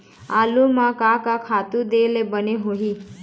आलू म का का खातू दे ले बने होही?